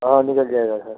हाँ निकल जाएगा सर